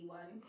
one